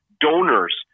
donors